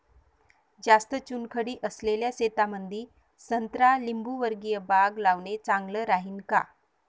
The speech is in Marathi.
जास्त चुनखडी असलेल्या शेतामंदी संत्रा लिंबूवर्गीय बाग लावणे चांगलं राहिन का?